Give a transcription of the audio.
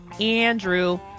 Andrew